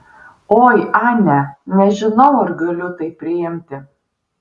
oi ane nežinau ar galiu tai priimti